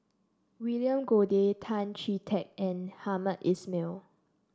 William Goode Tan Chee Teck and Hamed Ismail